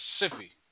Mississippi